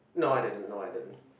no I didn't no I didn't